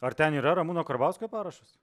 ar ten yra ramūno karbauskio parašas